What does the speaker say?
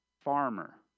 farmer